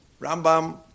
Rambam